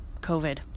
COVID